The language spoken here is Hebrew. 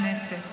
חברי הכנסת,